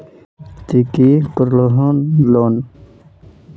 ती की करोहो लोन?